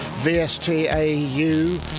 V-S-T-A-U